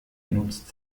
nutzt